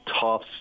tough